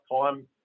time